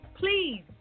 Please